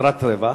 למטרת רווח,